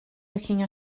looking